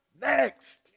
next